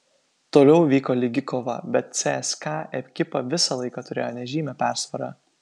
toliau vyko lygi kova bet cska ekipa visą laiką turėjo nežymią persvarą